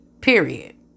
Period